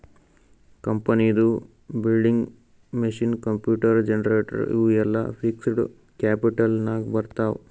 ಕಂಪನಿದು building, machine, computer, generator ಇವು ಎಲ್ಲಾ ಫಿಕ್ಸಡ್ ಕ್ಯಾಪಿಟಲ್ ನಾಗ್ ಬರ್ತಾವ್